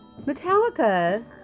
Metallica